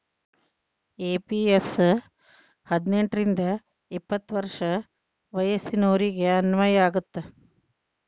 NPS ಹದಿನೆಂಟ್ ರಿಂದ ಎಪ್ಪತ್ ವರ್ಷ ವಯಸ್ಸಿನೋರಿಗೆ ಅನ್ವಯ ಆಗತ್ತ